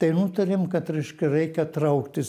tai nutarėm kad reiškia reikia trauktis